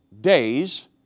days